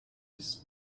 this